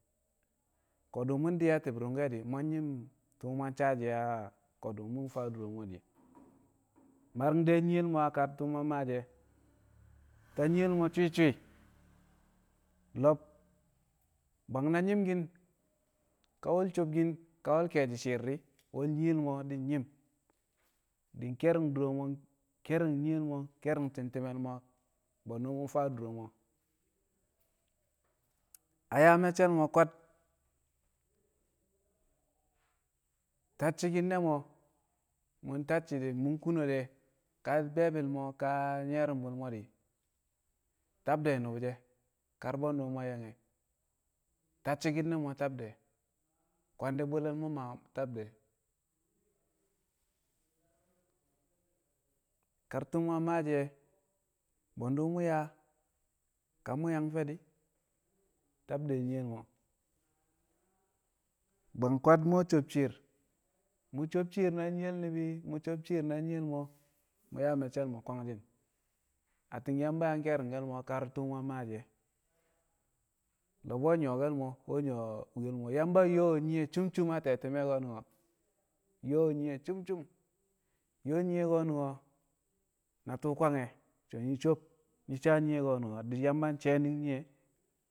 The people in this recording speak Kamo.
Ko̱du̱ mu̱ di a ti̱b ru̱ngke̱ de̱ nyi̱m tu̱u̱ mu̱ yang saa shi̱ a ko̱du̱ mu̱ faa duro mo̱ di̱ mari̱ng de̱ nyiyel mo̱ a kar tu̱u̱ mu̱ yang maashi̱ e̱ nta nyiyel mo swi̱swi̱ lo̱b bwang na nyi̱mki̱n ka we̱l sobkin ka we̱l ke̱e̱shi̱ shi̱i̱r di̱ we̱l nyiyel mo̱, di̱ nyi̱m di̱ ke̱ri̱ng duro mo̱, ke̱ri̱ng nyiyel mo̱ di̱ ke̱ri̱ngti̱n ti̱me̱l mo̱ bwe̱ndu̱ mu̱ faa duro mo̱. A yaa macce̱l mo̱ kwad tacci̱ki̱n ne̱ mo̱ mu̱ tacci̱ de̱ mu̱ kunu de̱ ka be̱e̱bi̱l mo̱ ka nyi̱ye̱ru̱mbu̱l mo̱ di̱ tab de̱ nu̱bu̱ shẹ kar bwe̱ndu̱ mu̱ yang e̱. Tacci̱ki̱n ne̱ mo̱ tab de̱ kwandi̱bu̱l le̱ mo̱ ma tab de̱ kar mu̱ yang maashi̱ e̱ bwe̱ndu̱ mu̱ yaa ka mu̱ yang fe̱ di̱ tab de̱ nyiyel mo̱ bwang kwad mu̱ sob shi̱i̱r mu̱ sob shi̱i̱r na nyiyel ni̱bi̱ mu̱ sob shi̱i̱r na nyiyel mo̱ na yaa maccel mo̱ kwangshi̱n. Atti̱n Yamba yang ke̱ri̱ngke̱l mo̱ kar tu̱u̱ mu̱ yang maashi̱ e̱, ni̱bi̱ nwe̱ nyu̱wo̱ke̱l mo̱ we̱ nyu̱wo̱ mwi̱ye̱l mo̱. Yamba nyo̱o̱ nyiye cum- cum a te̱ti̱me̱ ko̱nu̱n ko̱ nyo̱o̱ nyiye cum cum nyo̱o̱ nyiye ko̱nu̱n na tu̱u̱ kwange̱, so̱ nyi̱ sob nyi̱ saa nyiye ko̱ di̱ Yamba shi̱ye̱ nyinum nyiye.